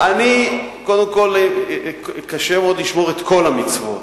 קודם כול, קשה מאוד לשמור את כל המצוות.